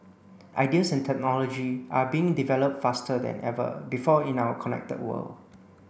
ideas and technology are being developed faster than ever before in our connected world